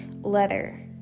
leather